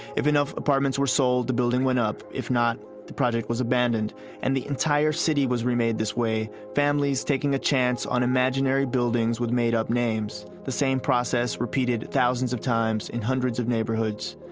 if enough apartments were sold, the buildings went up if not the project was abandoned and the entire city was remade this way. families taking a chance on imaginary buildings with made up names. the same process repeated thousands of times in hundreds of neighborhoods.